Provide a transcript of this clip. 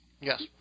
Yes